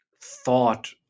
thought